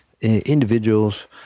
individuals